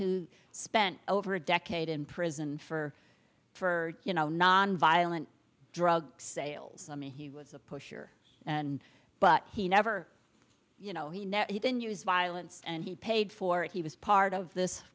who spent over a decade in prison for for you know nonviolent drug sales i mean he was a pusher and but he never you know he never he didn't use violence and he paid for it he was part of this